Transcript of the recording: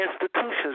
institutions